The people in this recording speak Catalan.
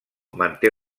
manté